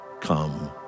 Come